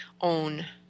own